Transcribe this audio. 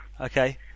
Okay